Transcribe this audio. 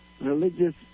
Religious